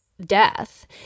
Death